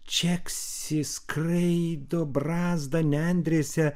čeksi skraido brazda nendrėse